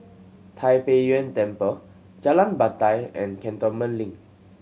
Tai Pei Yuen Temple Jalan Batai and Cantonment Link